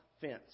fence